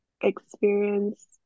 experience